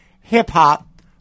hip-hop